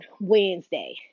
Wednesday